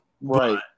Right